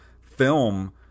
film